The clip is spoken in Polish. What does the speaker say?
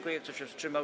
Kto się wstrzymał?